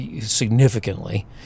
significantly